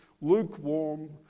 lukewarm